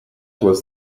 was